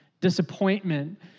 disappointment